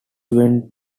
went